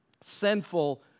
sinful